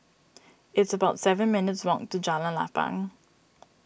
it's about seven minutes' walk to Jalan Lapang